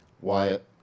Wyatt